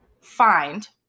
find